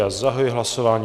Já zahajuji hlasování.